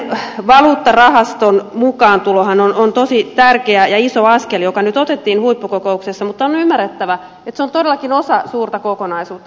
kansainvälisen valuuttarahaston mukaantulohan on tosi tärkeä ja iso askel joka nyt otettiin huippukokouksessa mutta on ymmärrettävä että se on todellakin osa suurta kokonaisuutta